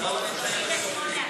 אין נמנעים.